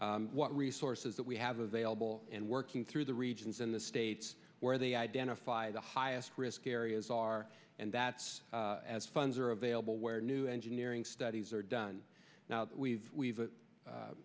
what resources that we have available and working through the regions in the states where they identify the highest risk areas are and that's as funds are available where new engineering studies are done now we've we've